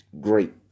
Great